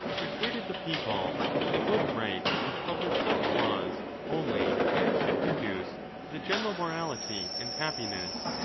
per suaded the people that they would write and publish such laws only as should conduce to the general morality and hap piness,